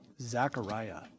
Zachariah